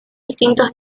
distintos